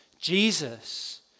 Jesus